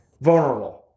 vulnerable